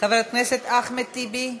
חבר הכנסת אחמד טיבי,